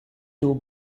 two